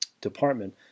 department